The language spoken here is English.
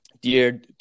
Dear